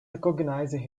recognising